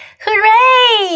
Hooray